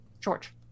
George